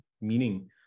meaning